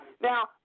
Now